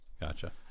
Gotcha